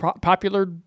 popular